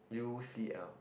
U_C_L